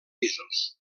pisos